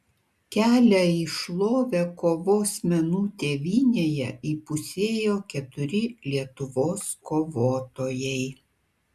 kelią į šlovę kovos menų tėvynėje įpusėjo keturi lietuvos kovotojai